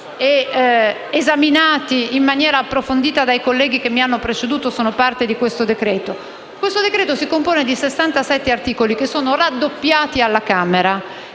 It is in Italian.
Grazie.